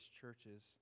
churches